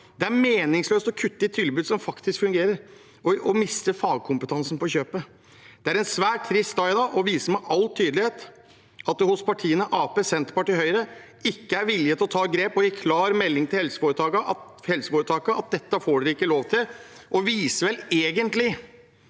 Det er meningsløst å kutte i tilbud som faktisk fungerer, og å miste fagkompetansen på kjøpet. Det er en svært trist dag i dag. Det viser med all tydelighet at det hos partiene Arbeiderpartiet, Senterpartiet og Høyre ikke er vilje til å ta grep og gi klar melding til helseforetakene at dette får de ikke lov til. Det viser vel egentlig